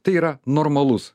tai yra normalus